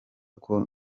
ngo